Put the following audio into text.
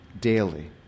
daily